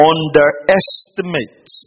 Underestimate